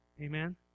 Amen